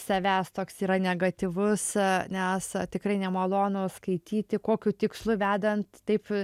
savęs toks yra negatyvus nes tikrai nemalonu skaityti kokiu tikslu vedant taip